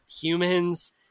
humans